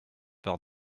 par